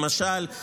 למשל,